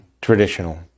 traditional